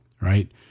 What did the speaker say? right